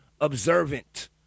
observant